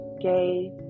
gay